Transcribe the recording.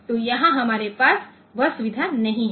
तो यहाँ हमारे पास वह सुविधा नहीं है